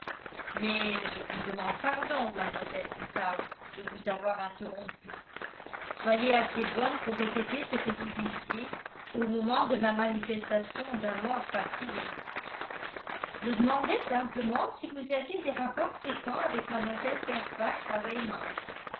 mais je vous demande pardon mademoiselle woodhouse de vous avoir interrompue soyez assez bonne pour répéter ce que vous disiez au moment de ma manifestation d'amor patriæ je demandais simplement si vous aviez des rapports fréquents avec